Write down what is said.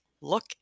look